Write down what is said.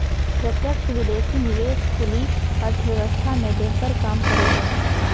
प्रत्यक्ष विदेशी निवेश खुली अर्थव्यवस्था मे बेहतर काम करो हय